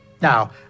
Now